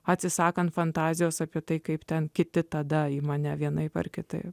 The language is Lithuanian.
atsisakant fantazijos apie tai kaip ten kiti tada į mane vienaip ar kitaip